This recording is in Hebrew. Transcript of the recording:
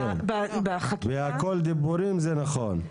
והכל דיבורים, זה נכון.